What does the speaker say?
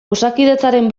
osakidetzaren